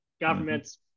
governments